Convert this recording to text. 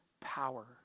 power